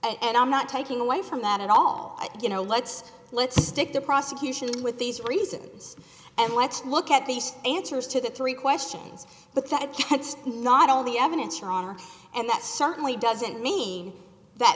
and i'm not taking away from that at all that you know let's let's stick the prosecution with these reasons and let's look at these answers to the three questions but that gets not all the evidence wrong and that certainly doesn't mean that